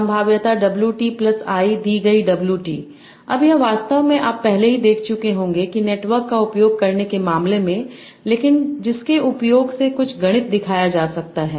संभाव्यता Wt plus j दी गई Wt अब यह वास्तव में आप पहले ही देख चुके होंगे कि नेटवर्क का उपयोग करने के मामले में लेकिन जिसके उपयोग से कुछ गणित दिखाया जा सकता है